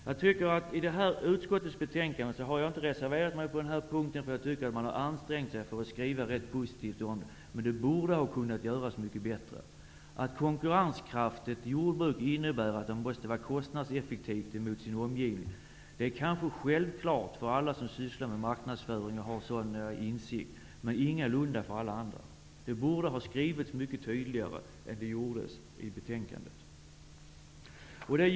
Jag har inte reserverat mig mot utskottets betänkande i detta avseende, eftersom jag tycker att man har ansträngt sig för att skriva positivt, men det borde ha kunnat göras mycket bättre. Att ett konkurrenskraftigt jordbruk innebär att det är kostnadseffektivt inom sitt område är kanske självklart för alla som har insikter i marknadsföring, men ingalunda för alla andra. Det borde ha skrivits mycket tydligare om detta än vad som skett i betänkandet.